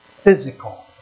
Physical